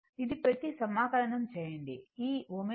ఇది పెట్టి సమాకలనం చేయండి